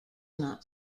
not